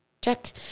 check